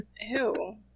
Ew